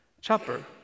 chopper